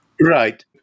Right